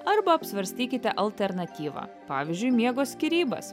arba apsvarstykite alternatyvą pavyzdžiui miego skyrybas